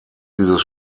dieses